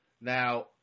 Now